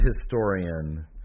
historian